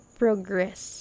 progress